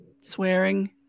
swearing